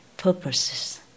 purposes